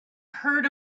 heard